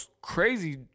crazy